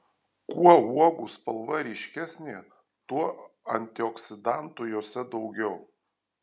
kuo uogų spalva ryškesnė tuo antioksidantų jose daugiau